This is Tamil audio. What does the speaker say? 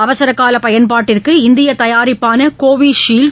அவசரகால பயன்பாட்டிற்கு இந்திய தயாரிப்பான கோவிஷீல்டு